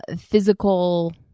physical